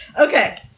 Okay